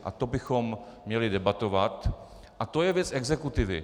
A to bychom měli debatovat a to je věc exekutivy.